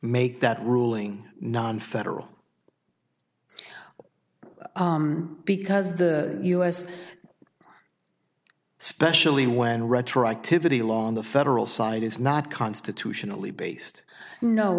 make that ruling nonfederal because the us specially when retroactivity law on the federal side is not constitutionally based no